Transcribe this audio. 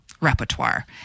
repertoire